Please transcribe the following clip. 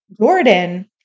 Jordan